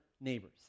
neighbors